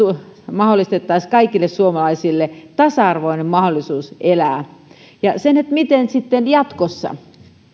mahdollistaisimme kaikille suomalaisille tasa arvoisen mahdollisuuden elää miten sitten jatkossa